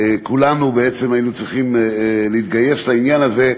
כולנו היינו צריכים להתגייס לעניין הזה,